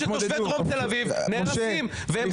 החיים של תושבי דרום תל אביב נהרסים והם